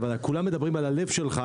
כולם מדברים על הלב שלך,